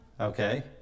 Okay